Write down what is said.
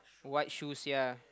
white shoes ya